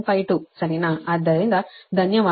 752 ಸರಿನಾ